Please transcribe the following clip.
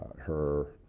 her